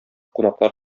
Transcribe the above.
кунаклар